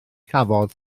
cafodd